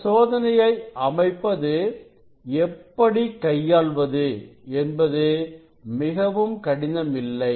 இந்த சோதனையை அமைப்பது எப்படி கையாள்வது என்பது மிகவும் கடினம் இல்லை